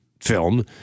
film